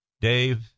Dave